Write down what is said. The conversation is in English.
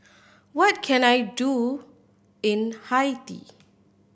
what can I do in Haiti